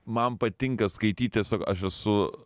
man patinka skaityt tiesiog aš esu